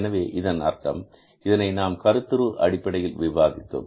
எனவே இதன் அர்த்தம் இதனை நாம் கருத்துரு அடிப்படையில் விவாதித்தோம்